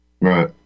Right